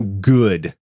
good